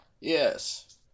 yes